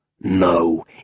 No